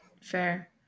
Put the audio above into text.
fair